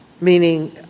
meaning